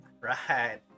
Right